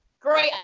Great